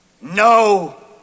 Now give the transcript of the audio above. no